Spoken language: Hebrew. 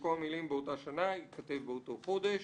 במקום המילים "באותה שנה" ייכתב "באותו חודש".